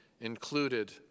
included